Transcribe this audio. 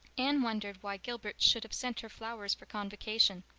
anne wondered why gilbert should have sent her flowers for convocation.